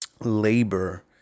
labor